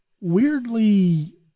weirdly